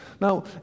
Now